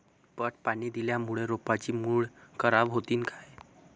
पट पाणी दिल्यामूळे रोपाची मुळ खराब होतीन काय?